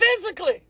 physically